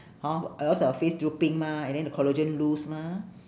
hor or else our face drooping mah and then the collagen loose mah